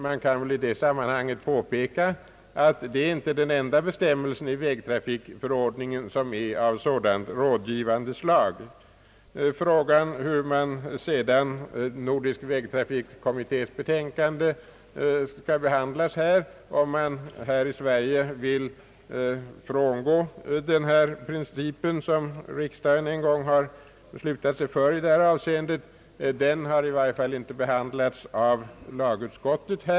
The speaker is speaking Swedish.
Man kan i det sammanhanget påpeka, att detta inte är den enda bestämmelsen i vägtrafikförord ningen som är av sådant rådgivande slag. Vad sedan gäller frågan om hur Nordisk vägtrafikkommittés betänkande skall behandlas och om man här i Sverige vill frångå den princip, som riksdagen en gång har beslutat sig för i detta avseende, så har den i varje fall inte behandlats av lagutskottet.